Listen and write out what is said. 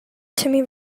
timmy